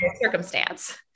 circumstance